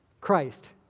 Christ